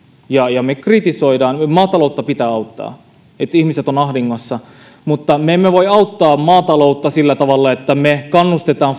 ja ja me kritisoimme maataloutta pitää auttaa ihmiset ovat ahdingossa mutta me emme voi auttaa maataloutta sillä tavalla että me kannustamme